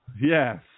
Yes